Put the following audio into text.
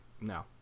No